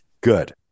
Good